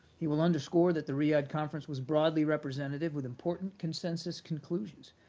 he will underscore that the riyadh conference was broadly representative with important consensus conclusions,